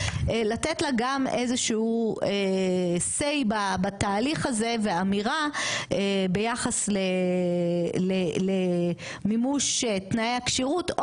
לתת לה גם איזשהו סיי בתהליך הזה ואמירה ביחס למימוש תנאי הכשירות,